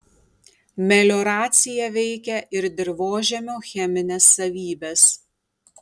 melioracija veikia ir dirvožemio chemines savybes